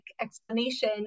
explanation